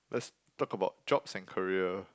let's talk about jobs and career